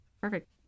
Perfect